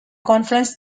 conference